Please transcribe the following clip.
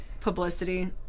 Publicity